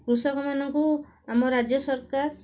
କୃଷକମାନଙ୍କୁ ଆମ ରାଜ୍ୟ ସରକାର